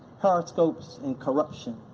horoscopes and corruption.